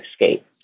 escape